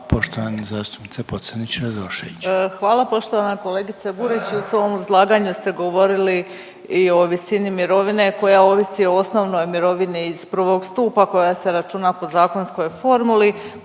**Pocrnić-Radošević, Anita (HDZ)** Hvala poštovana kolegice Burić. U svom izlaganju ste govorili i o visini mirovine koja ovisi o osnovnoj mirovini iz 1. stupa koja se računa po zakonskoj formuli